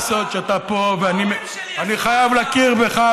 אבל מה לעשות שאתה פה ואני חייב להכיר בך,